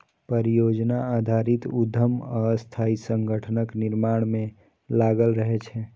परियोजना आधारित उद्यम अस्थायी संगठनक निर्माण मे लागल रहै छै